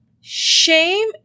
Shame